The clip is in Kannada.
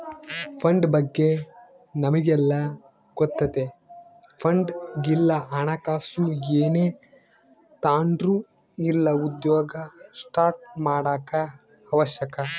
ಫಂಡ್ ಬಗ್ಗೆ ನಮಿಗೆಲ್ಲ ಗೊತ್ತತೆ ಫಂಡ್ ಇಲ್ಲ ಹಣಕಾಸು ಏನೇ ತಾಂಡ್ರು ಇಲ್ಲ ಉದ್ಯಮ ಸ್ಟಾರ್ಟ್ ಮಾಡಾಕ ಅವಶ್ಯಕ